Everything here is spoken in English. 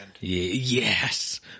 Yes